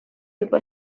juba